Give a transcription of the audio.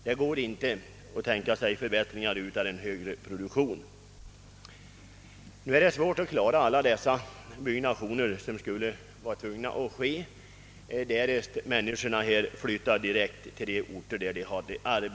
Man kan inte tänka sig någon höjd levnadsstandard utan en högre produktion. Det skulle vara svårt för samhället ati klara av alla de byggen som blir nödvändiga, därest arbetarna omedelbart flyttade till de orter där de arbetar.